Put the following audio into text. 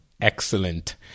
Excellent